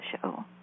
show